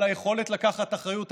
על היכולת לקחת אחריות,